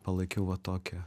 palaikiau va tokią